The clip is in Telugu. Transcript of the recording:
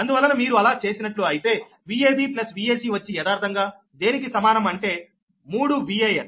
అందువలన మీరు అలా చేసినట్లు అయితే Vab Vac వచ్చి యదార్ధంగా దేనికి సమానం అంటే 3 Van